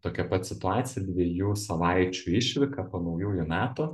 tokia pat situacija dviejų savaičių išvyka po naujųjų metų